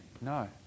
No